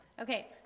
Okay